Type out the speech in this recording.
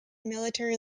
military